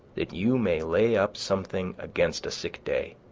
that you may lay up something against a sick day,